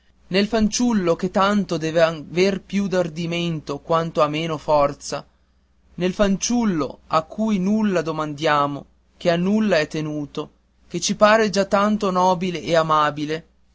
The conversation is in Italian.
nel fanciullo che tanto deve aver più d'ardimento quanto ha meno di forza nel fanciullo a cui nulla domandiamo che a nulla è tenuto che ci pare già tanto nobile e amabile